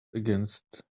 against